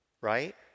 right